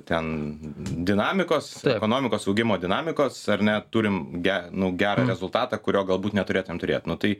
ten dinamikos ekonomikos augimo dinamikos ar ne turim ge nu gerą rezultatą kurio galbūt neturėtumėm turėt nu tai